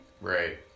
Right